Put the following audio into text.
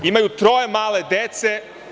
Imaju troje male dece.